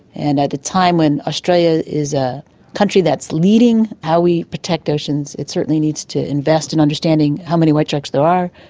and at a time when australia is a country that's leading how we protect oceans, it certainly needs to invest in understanding how many white sharks there are,